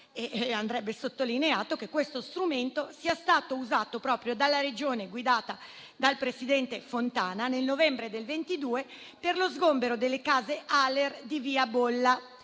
andrebbe sottolineato che questo strumento sia stato usato proprio dalla Regione guidata dal presidente Fontana nel novembre del 2022, per lo sgombero delle case ALER di via Bolla.